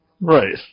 Right